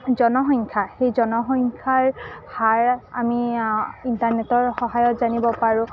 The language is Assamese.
জনসংখ্যা সেই জনসংখ্যাৰ হাৰ আমি ইণ্টাৰনেটৰ সহায়ত জানিব পাৰোঁ